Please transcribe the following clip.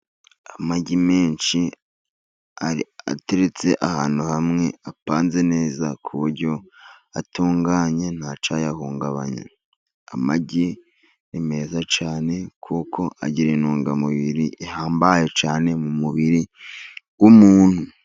Amagi menshi ateretse ahantu hamwe apanze neza ku buryo atunganye nta cyayahungabanya. Amagi ni meza cyane kuko agira intungamubiri ihambaye cyane mu mubiri w'umuntu.